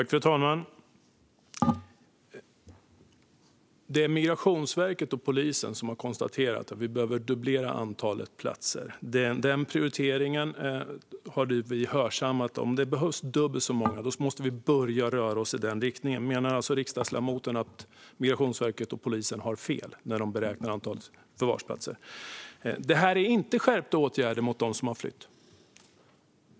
Fru talman! Det är Migrationsverket och polisen som har konstaterat att vi behöver dubblera antalet platser. Den prioriteringen har vi hörsammat. Om det behövs dubbelt så många måste vi börja röra oss i den riktningen. Menar alltså riksdagsledamoten att Migrationsverket och polisen har fel när de beräknar antalet förvarsplatser? Det här är inte skärpta åtgärder mot dem som har flytt.